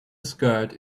skirt